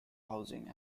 housing